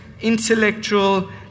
intellectual